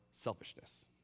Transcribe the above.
Selfishness